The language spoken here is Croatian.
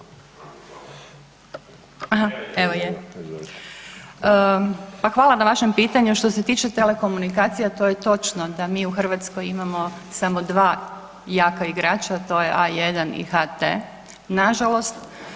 Pa hvala na vašem pitanju, što se tiče telekomunikacija, to je točno da mi u Hrvatskoj imamo samo dva jaka igrača, a to je A1 i HT, nažalost.